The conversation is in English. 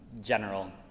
general